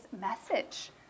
message